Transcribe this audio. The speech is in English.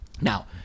Now